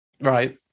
Right